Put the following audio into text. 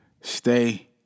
stay